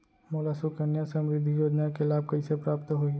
मोला सुकन्या समृद्धि योजना के लाभ कइसे प्राप्त होही?